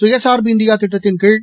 சுயசார்பு இந்தியா திட்டத்தின்கீழ்